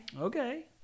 Okay